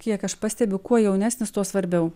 kiek aš pastebiu kuo jaunesnis tuo svarbiau